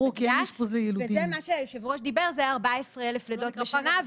על זה היושב-ראש דיבר וזה 14,000 לידות בשנה.